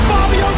Bobby